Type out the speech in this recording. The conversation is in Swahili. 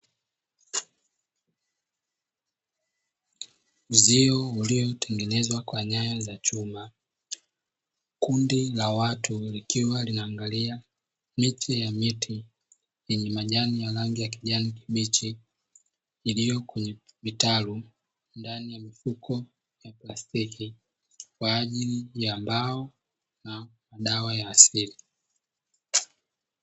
Uzio uliotengenezwa kwa nyaya za chuma, kundi la watu likiwa linaangalia miche ya miti yenye majani ya rangi ya kijani kibichi, iliyo kwenye vitalu ndani ya mifuko wa plastiki kwa ajili ya mbao na dawa ya asili.